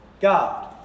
God